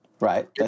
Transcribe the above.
Right